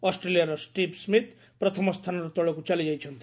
ଅଷ୍ଟ୍ରେଲିଆର Steve Smith ପ୍ରଥମ ସ୍ଥାନରୁ ତଳକୁ ଚାଲିଯାଇଛନ୍ତି